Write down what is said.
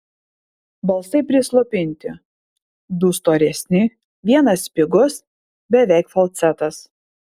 balsai prislopinti du storesni vienas spigus beveik falcetas